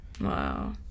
Wow